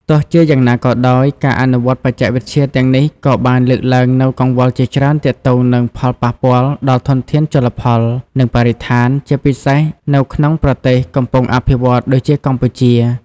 ទោះជាយ៉ាងណាក៏ដោយ ការអនុវត្តបច្ចេកវិទ្យាទាំងនេះក៏បានលើកឡើងនូវកង្វល់ជាច្រើនទាក់ទងនឹងផលប៉ះពាល់ដល់ធនធានជលផល និងបរិស្ថាន ជាពិសេសនៅក្នុងប្រទេសកំពុងអភិវឌ្ឍន៍ដូចជាកម្ពុជា។